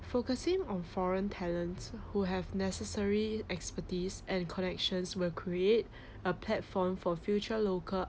focusing on foreign talents who have necessary expertise and connections will create a platform for future local